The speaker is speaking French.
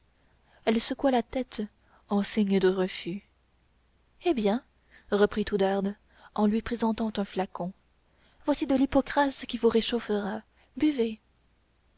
elle secoua la tête en signe de refus eh bien reprit oudarde en lui présentant un flacon voici de l'hypocras qui vous réchauffera buvez